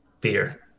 beer